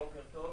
בוקר טוב,